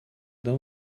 дам